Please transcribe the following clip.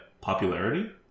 popularity